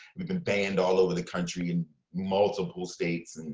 we've been banned all over the country in multiple states. and